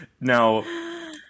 Now